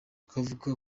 akavuga